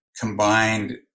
combined